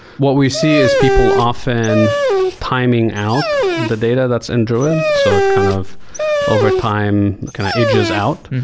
what we see is people often timing out the data that's in druid. so it kind of overtime kind of ages out,